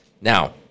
Now